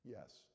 Yes